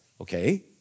Okay